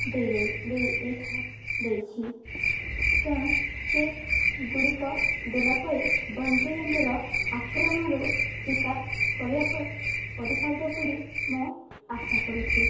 ଦେଇ ଦେଇ ଦେଇ ଦେଇ ଥାଏ ଦେଇଛି ତେଣୁ ସେଗୁଡ଼ିକ ଦେଲା ପରେ ବନ୍ୟଜନ୍ତୁୁର ଆକ୍ରମଣରୁ ଶିକାର କରିବା କରିପାରିବ ବୋଲି ମୁଁ ଆଶା କରୁଛି